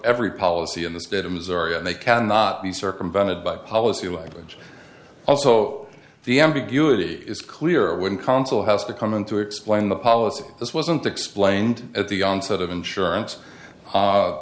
every policy in the state of missouri and they cannot be circumvented by policy language also the ambiguity is clear when counsel has to come in to explain the policy as wasn't explained at the onset of insurance